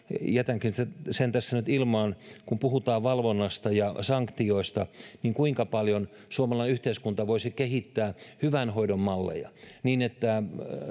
jätänkin sen tässä nyt ilmaan kun puhutaan valvonnasta ja sanktioista niin kuinka paljon suomalainen yhteiskunta voisi kehittää hyvän hoidon malleja niin että